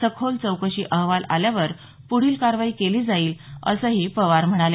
सखोल चौकशी अहवाल आल्यावर पुढील कारवाई केली जाईल असही पवार म्हणाले